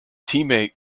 teammate